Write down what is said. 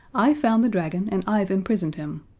i found the dragon and i've imprisoned him.